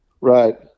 Right